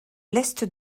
l’est